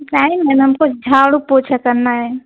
हमको झाड़ू पोछा करना है